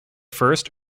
first